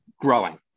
growing